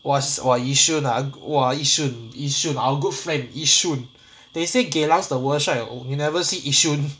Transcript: !wah! !wah! yishun ah !wah! yishun yishun our good friend yishun they say geylangs the worst right you never see yishun